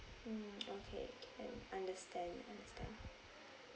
mm okay can understand understand